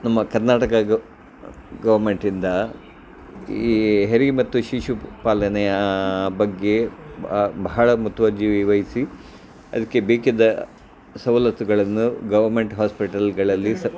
ನಮ್ಮ ಕರ್ನಾಟಕ ಗೌರ್ಮೆಂಟಿಂದ ಈ ಹೆರಿಗೆ ಮತ್ತು ಶಿಶು ಪಾಲನೆಯ ಬಗ್ಗೆ ಬಹಳ ಮುತುವರ್ಜಿ ವಹಿಸಿ ಅದಕ್ಕೆ ಬೇಕಿದ್ದ ಸವಲತ್ತುಗಳನ್ನು ಗವರ್ಮೆಂಟ್ ಹಾಸ್ಪಿಟಲ್ಗಳಲ್ಲಿ ಸ್